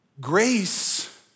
grace